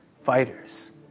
fighters